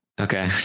okay